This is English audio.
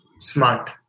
Smart